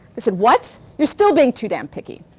they said, what? you're still being too damn picky.